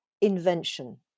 invention